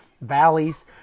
valleys